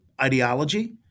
ideology